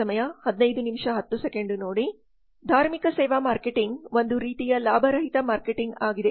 ಆದ್ದರಿಂದ ಧಾರ್ಮಿಕ ಸೇವಾ ಮಾರ್ಕೆಟಿಂಗ್ ಒಂದು ರೀತಿಯ ಲಾಭರಹಿತ ಮಾರ್ಕೆಟಿಂಗ್ ಆಗಿದೆ